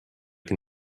can